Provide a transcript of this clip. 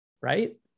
right